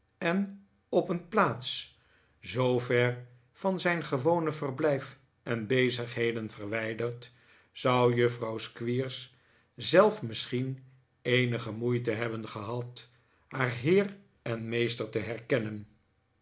en op een plaats zoo ver van zijn gewone verblijf en bezigheden verwijderd zou juffrouw squeers zelf misschien eenige moeite hebben gehad haar heer en meester te herkennen